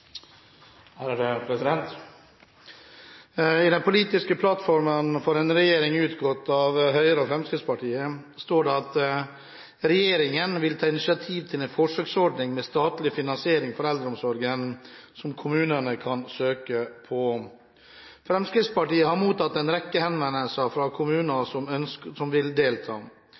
er satt i system hvem som uttaler seg på vegne av en institusjon, og hvem som uttaler seg som en fagperson. «I den politiske plattformen for en regjering utgått av Høyre og Fremskrittspartiet står det at «Regjeringen vil ta initiativ til en forsøksordning med statlig finansiering for eldreomsorgen, som kommunene kan søke på». Fremskrittspartiet har mottatt en